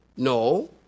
No